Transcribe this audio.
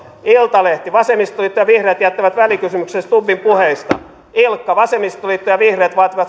iltalehti vasemmistoliitto ja vihreät jättävät välikysymyksen stubbin puheista ilkka vasemmistoliitto ja vihreät vaativat